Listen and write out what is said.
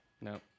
No